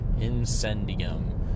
Incendium